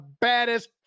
baddest